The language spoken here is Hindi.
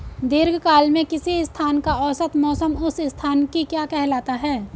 दीर्घकाल में किसी स्थान का औसत मौसम उस स्थान की क्या कहलाता है?